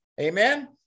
amen